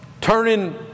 turning